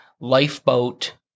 lifeboat